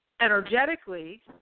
Energetically